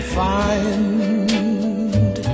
find